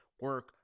Work